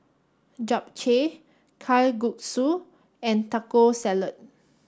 Japchae Kalguksu and Taco Salad